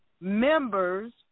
members